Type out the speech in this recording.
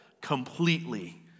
completely